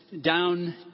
down